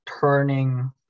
turning